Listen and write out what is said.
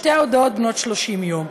שתי ההודעות בנות 30 יום.